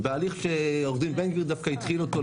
בהליך שעו"ד בן גביר דווקא התחיל אותו,